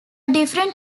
different